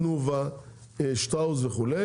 תנובה ועוד,